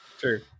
sure